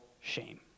shame